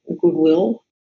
goodwill